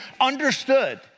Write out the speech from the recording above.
understood